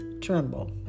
tremble